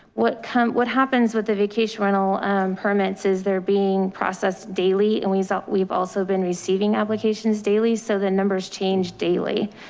what come, what happens with the vacation rental permits is they're being processed daily and we ah we've also been receiving applications daily. so the numbers change daily.